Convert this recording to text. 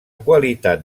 qualitat